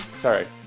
sorry